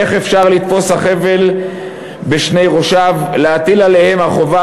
ואיך אפשר לתפוס החבל בשני ראשיו: להטיל עליהן החובה